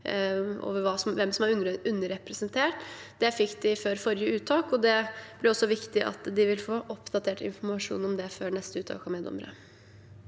rettferdsvederlag 2023 sentert. Det fikk de før forrige uttak, og det er også viktig at de får oppdatert informasjon om det før neste uttak av meddommere.